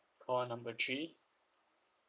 call number three